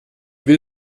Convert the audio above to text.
will